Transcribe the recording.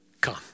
come